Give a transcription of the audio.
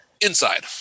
Inside